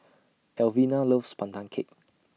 Alvina loves Pandan Cake